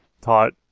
taught